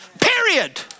Period